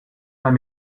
man